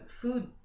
food